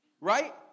Right